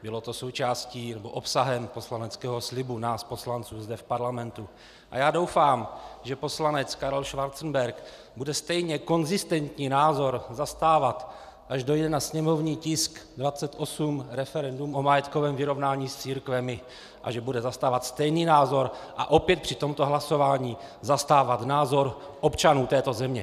Bylo to součástí nebo obsahem poslaneckého slibu nás poslanců zde v parlamentu a já doufám, že poslanec Karel Schwarzenberg bude stejně konzistentní názor zastávat, až dojde na sněmovní tisk 28, referendum o majetkovém vyrovnání s církvemi, a že bude zastávat stejný názor a opět při tomto hlasování zastávat názor občanů této země.